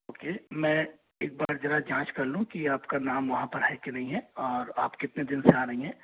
okay मैं एक बार ज़रा जाँच कर लूँ कि आपका नाम वहाँ पर है कि नहीं है और आप कितने दिन से आ रही हैं